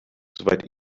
soweit